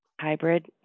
hybrid